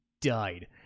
...died